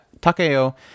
Takeo